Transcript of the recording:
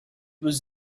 was